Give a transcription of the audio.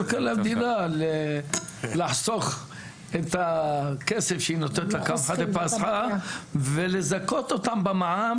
יותר קל למדינה לחסוך את הכסף שהיא נותנת לפסחא דפסחא ולזכות אותם בע"מ,